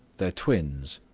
they are twins.